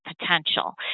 potential